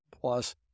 plus